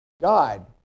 God